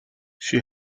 she